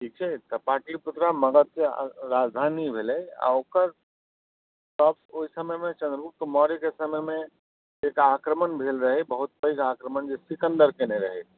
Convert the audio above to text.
ठीक छै तऽ पाटलिपुत्रा मगधके राजधानी भेलै आ ओकर सभ ओहि समयमे चन्द्रगुप्त मौर्यके समयमे एकटा आक्रमण भेल रहै बहुत पैघ आक्रमण जे सिकन्दर केने रहै